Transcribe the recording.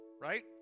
right